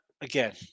again